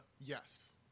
yes